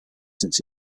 since